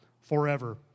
forever